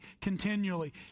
continually